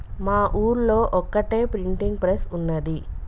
మా ఊళ్లో ఒక్కటే ప్రింటింగ్ ప్రెస్ ఉన్నది